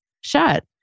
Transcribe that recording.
shut